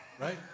right